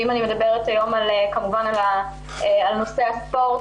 אם אני מדברת היום כמובן על נושא הספורט,